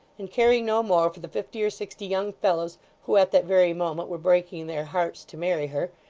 and caring no more for the fifty or sixty young fellows who at that very moment were breaking their hearts to marry her,